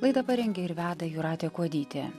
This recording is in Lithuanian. laidą parengė ir veda jūratė kuodytė